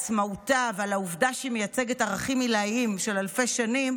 על עצמאותה ועל העובדה שהיא מייצגת ערכים עילאיים של אלפי שנים,